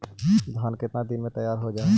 धान केतना दिन में तैयार हो जाय है?